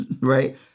right